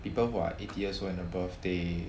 people who are eighty years old and above they